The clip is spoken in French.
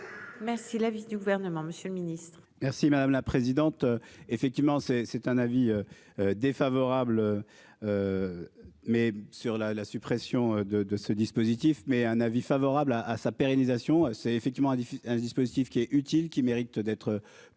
Merci madame la présidente. Effectivement c'est c'est un avis. Défavorable. Mais sur la, la suppression de ce dispositif. Mais un avis favorable à à sa pérennisation. C'est effectivement un, un dispositif qui est utile, qui mérite d'être plus